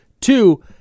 Two